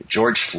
George